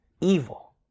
evil